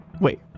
wait